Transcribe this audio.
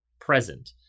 present